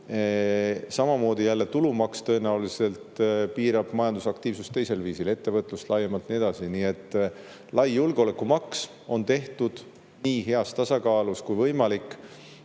samamoodi. Tulumaks tõenäoliselt piirab jällegi majandusaktiivsust teisel viisil – ettevõtlust laiemalt ja nii edasi. Nii et lai julgeolekumaks on tehtud nii heas tasakaalus kui võimalik,